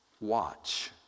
watch